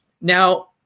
Now